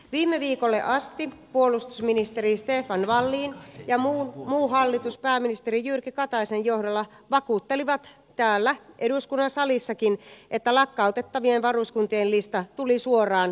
viime viikolle asti puolustusministeri stefan wallin ja muu hallitus pääministeri jyrki kataisen johdolla vakuuttelivat täällä eduskunnan salissakin että lakkautettavien varuskuntien lista tuli suoraan puolustusvoimilta